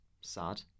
sad